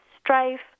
strife